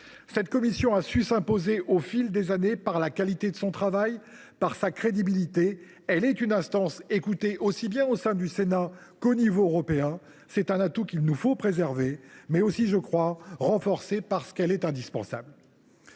Cette commission a su s’imposer au fil des années, par la qualité de son travail et par sa crédibilité. Cette instance est écoutée, aussi bien au sein du Sénat qu’au niveau européen. Elle constitue un atout que nous devons préserver, mais aussi, je crois, renforcer, parce qu’elle est indispensable.